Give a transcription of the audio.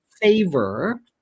favor